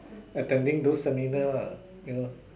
attending those seminar lah you know